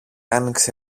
άνοιξε